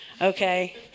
okay